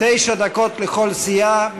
תשע דקות לכל סיעה,